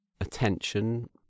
attention